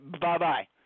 bye-bye